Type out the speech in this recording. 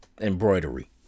embroidery